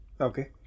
Okay